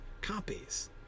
copies